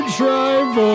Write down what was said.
drive